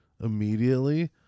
immediately